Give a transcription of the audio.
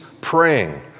praying